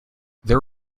there